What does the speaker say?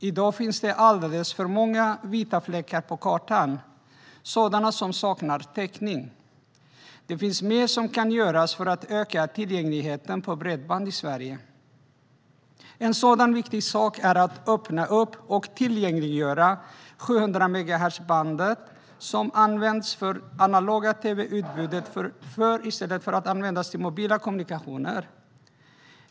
I dag finns det alldeles för många vita fläckar på kartan där det saknas täckning, och det finns mer att göra för att öka tillgängligheten till bredband i Sverige. En sådan viktig sak är att öppna upp och tillgängliggöra 700-megahertzbandet, som användes för det analoga tv-utbudet, för mobil kommunikation.